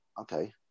okay